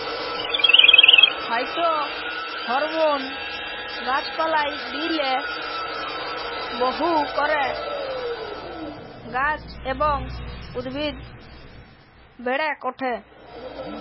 phytohormone গাছ পালায় দিইলে বহু করে গাছ এবং উদ্ভিদ বেড়েক ওঠে